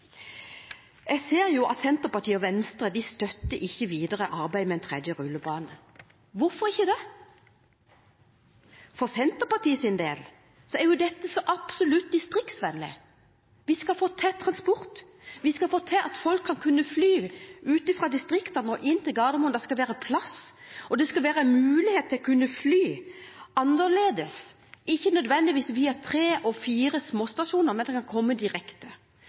Jeg ser at Senterpartiet og Venstre ikke støtter videre arbeid med en tredje rullebane. Hvorfor ikke det? For Senterpartiets del er dette så absolutt distriktsvennlig. Vi skal få til transport, vi skal få til at folk kan fly fra distriktene til Gardermoen. Det skal være plass, og det skal være mulig å fly annerledes, ikke nødvendigvis via tre og fire småstasjoner, men slik at man kan komme direkte.